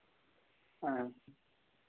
आं